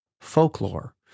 folklore